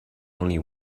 only